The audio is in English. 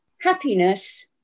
Happiness